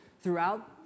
throughout